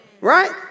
right